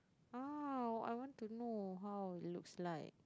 oh I want to know how it looks like